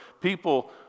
People